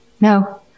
no